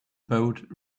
boat